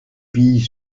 pies